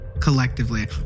Collectively